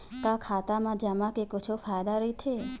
का खाता मा जमा के कुछु फ़ायदा राइथे?